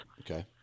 Okay